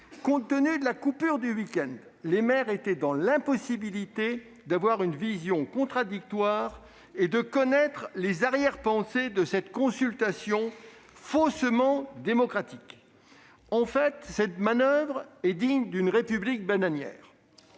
compte tenu de la coupure du week-end, les maires étaient dans l'impossibilité d'avoir une vision contradictoire et de connaître les arrière-pensées de cette consultation faussement démocratique. En réalité, cette manoeuvre est digne d'une république bananière